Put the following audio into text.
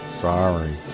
sorry